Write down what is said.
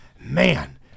man